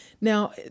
Now